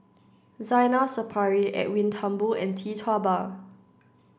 Zainal Sapari Edwin Thumboo and Tee Tua Ba